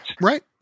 Right